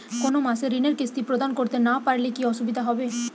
কোনো মাসে ঋণের কিস্তি প্রদান করতে না পারলে কি অসুবিধা হবে?